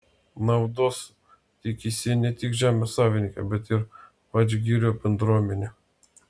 naudos tikisi ne tik žemės savininkė bet ir vadžgirio bendruomenė